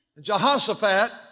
Jehoshaphat